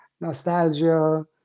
nostalgia